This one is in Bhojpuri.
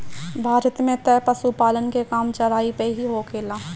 भारत में तअ पशुपालन के काम चराई पे ही होखेला